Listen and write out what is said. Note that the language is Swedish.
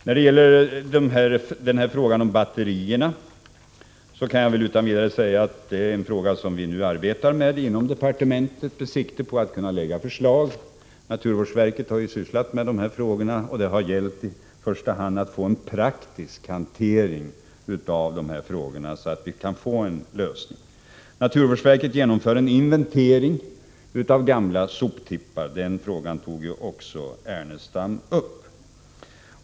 När det gäller batterierna kan jag utan vidare säga att detta är en fråga som vi nu arbetar med inom departementet med sikte på att kunna lägga fram förslag. Naturvårdsverket har ju sysslat med dessa frågor, och det har i första hand gällt att få en praktisk hantering så att vi kan nå en lösning. Naturvårdsverket genomför en inventering av gamla soptippar — också den frågan tog ju Lars Ernestam upp.